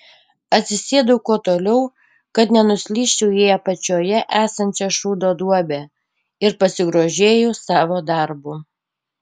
atsisėdau kuo toliau kad nenuslysčiau į apačioje esančią šūdo duobę ir pasigrožėjau savo darbu